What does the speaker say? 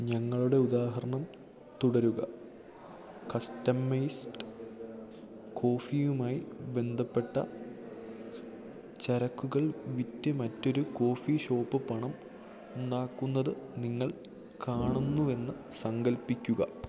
ഞങ്ങളുടെ ഉദാഹരണം തുടരുക കസ്റ്റമൈസ്ഡ് കോഫിയുമായി ബന്ധപ്പെട്ട ചരക്കുകൾ വിറ്റു മറ്റൊരു കോഫി ഷോപ്പ് പണം ഉണ്ടാക്കുന്നതു നിങ്ങൾ കാണുന്നുവെന്നു സങ്കൽപ്പിക്കുക